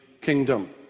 kingdom